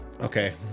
okay